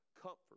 comfort